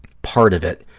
part of it.